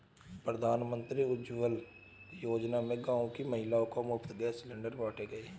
प्रधानमंत्री उज्जवला योजना में गांव की महिलाओं को मुफ्त गैस सिलेंडर बांटे गए